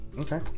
Okay